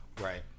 Right